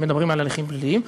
אם מדברים על הליכים פליליים,